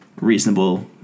reasonable